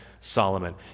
Solomon